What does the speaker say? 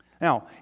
Now